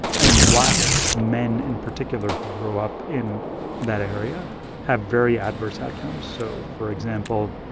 and black men in particular who grow up in that area have very adverse outcomes so for example,